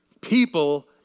People